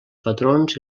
patrons